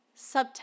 Subtext